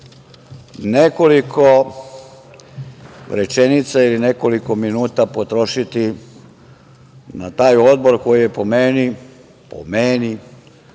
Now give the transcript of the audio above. nekoliko rečenica ili nekoliko minuta potrošiti na taj odbor koji je po meni i po onima